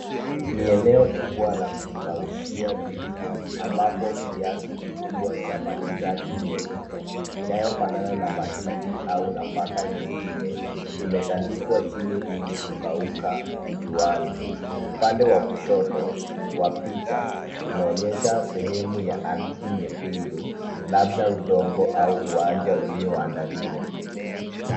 Ni eneo kubwa la kukaushia vitu ambapo kiasi kikubwa cha mali ghafi nyeupe inayofanana na mahindi au nafaka nyingine, imetandikwa chini ilikukauka juani. Upande wa kushoto wa picha, kunaonyesha sehemu ya ardhi nyekundu, labda udongo au uwanja ulioandaliwa.